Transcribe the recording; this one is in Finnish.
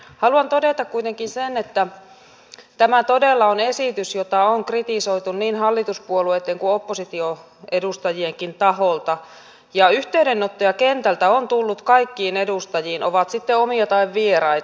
haluan todeta kuitenkin sen että tämä todella on esitys jota on kritisoitu niin hallituspuolueitten kuin opposition edustajienkin taholta ja yhteydenottoja kentältä on tullut kaikille edustajille ovat sitten omia tai vieraita